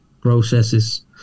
processes